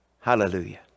Hallelujah